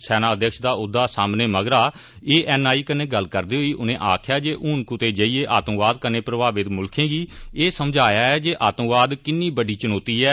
सेनाध्यक्ष दा औह्दा सांमने मगरा एएनआई कन्नै गल्ल करदे होई उनें आक्खेआ जे हून कुतै जाइयै आतंकवाद कन्नै प्रभावत मुल्खें गी एह् समझ आया ऐ जे आतंकवाद किन्नी बड्डी चुनौती ऐ